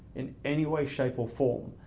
in any way, shape or form,